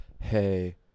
Hey